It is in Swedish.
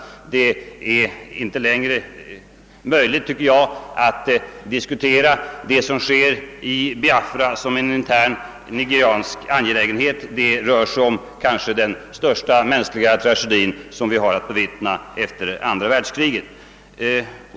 Det är inte längre möjligt att diskutera det som sker i Biafra som en intern nigeriansk angelägenhet; det rör sig om den största mänskliga tragedi vi bevittnat efter andra världskriget.